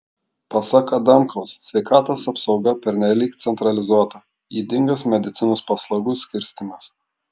pasak adamkaus sveikatos apsauga pernelyg centralizuota ydingas medicinos paslaugų skirstymas